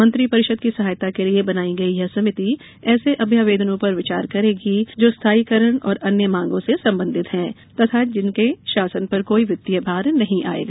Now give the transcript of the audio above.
मंत्रिपरिषद की सहायता के लिये बनाई गई यह समिति ऐसे अभ्यावेदनों पर विचार करेगी जो स्थायीकरण और अन्य मांगों से संबंधित हैं तथा जिनसे शासन पर कोई वित्तीय भार नहीं आयेगा